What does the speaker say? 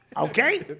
Okay